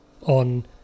on